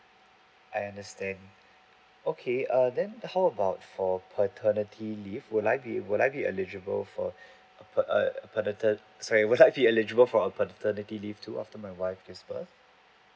I understand okay uh then how about for paternity leave would I be would I be eligible for a pater~ sorry would I be eligible for a paternity leave too after my wife gives birth